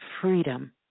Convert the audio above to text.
freedom